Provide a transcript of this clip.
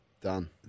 done